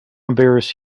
embarrass